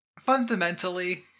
fundamentally